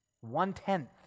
one-tenth